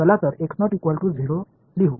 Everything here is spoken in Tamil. எனவே என்று எழுதுவோம்